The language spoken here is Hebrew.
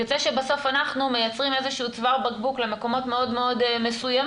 יוצא שבסוף אנחנו מייצרים איזשהו צוואר בקבוק למקומות מאוד מסוימים,